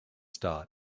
start